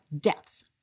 deaths